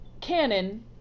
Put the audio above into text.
cannon